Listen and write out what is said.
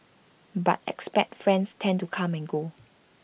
but expat friends tend to come and go